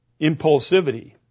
impulsivity